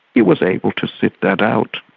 he was able to sit that out.